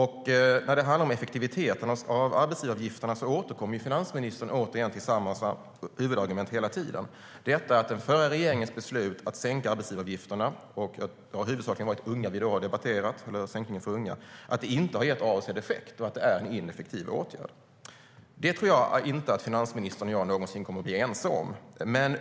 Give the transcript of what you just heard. När det handlar om effektiviteten av arbetsgivaravgifterna återkommer finansministern hela tiden till samma argument, nämligen att den förra regeringens beslut att sänka arbetsgivaravgifterna - det har huvudsakligen varit sänkningen för unga vi har debatterat - inte har gett avsedd effekt och är en ineffektiv åtgärd. Det tror jag inte att finansministern och jag någonsin kommer att bli ense om.